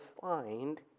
find